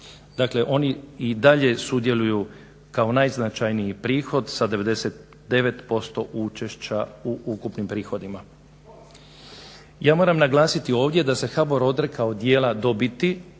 Dakle oni i dalje sudjeluju kao najznačajniji prihod sa 99% učešća u ukupnim prihodima. Ja moram naglasiti ovdje da se HBOR odrekao dijela dobiti